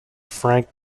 frank